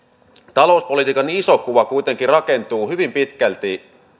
talouspolitiikan iso kuva kuitenkin rakentuu hyvin pitkälti